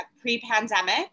pre-pandemic